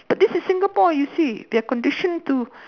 but this is Singapore you see they are conditioned to